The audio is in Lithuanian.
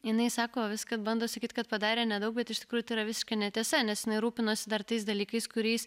jinai sako viską bando sakyti kad padarė nedaug bet iš tikrųjų yra visiška netiesa nes jinai rūpinosi dar tais dalykais kuriais